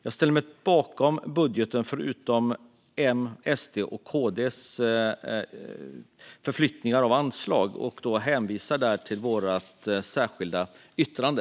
Jag ställer mig bakom budgeten förutom de förflyttningar av anslag som M, KD och SD har gjort. I stället hänvisar jag till vårt särskilda yttrande.